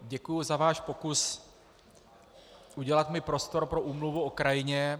Děkuji za váš pokus udělat mi prostor pro úmluvu o krajině.